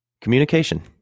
communication